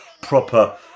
proper